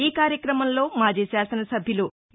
ఈ కార్యక్రమంలో మాజీ శాసనసభ సభ్యులు యు